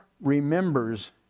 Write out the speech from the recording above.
remembers